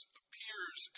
appears